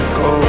go